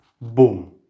boom